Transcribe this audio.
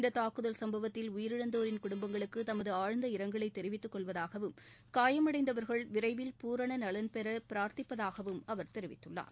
இந்த தாக்குதல் சம்பவத்தில் உயிரிழந்தோரின் குடம்பங்களுக்கு தனது ஆழ்ந்த இரங்கலை தெரிவித்துக் கொள்வதாகவும் காயமடைந்தவர்கள் விரைவில் பூரண நலன் பெற பிரா்த்திப்பதாகவும் அவர் தெரிவித்துள்ளார்